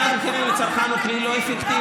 מדד המחירים לצרכן הוא כלי לא אפקטיבי?